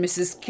Mrs